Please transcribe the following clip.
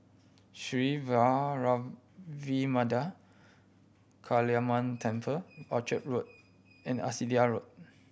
Sri Vairavimada Kaliamman Temple Orchard Road and Arcadia Road